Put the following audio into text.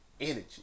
energy